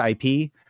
IP